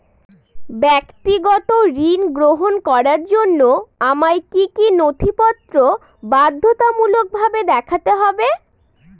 ব্যক্তিগত ঋণ গ্রহণ করার জন্য আমায় কি কী নথিপত্র বাধ্যতামূলকভাবে দেখাতে হবে?